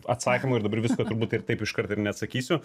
atsakymų ir dabar visko turbūt taip taip iškart ir neatsakysiu